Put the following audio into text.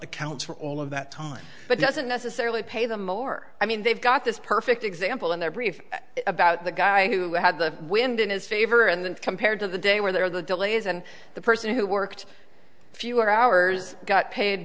accounts for all of that time but doesn't necessarily pay them more i mean they've got this perfect example in their brief about the guy who had the wind in his favor and then compared to the day where the delay is and the person who worked fewer hours got paid